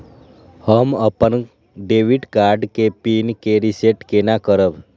हम अपन debit card के पिन के रीसेट केना करब?